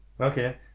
Okay